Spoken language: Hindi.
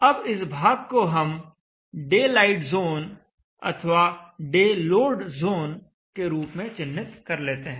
अब इस भाग को हम डे लाइट जोन अथवा डे लोड जोन के रूप में चिह्नित कर लेते हैं